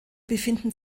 befinden